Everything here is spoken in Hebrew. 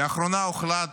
לאחרונה הוחלט,